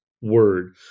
word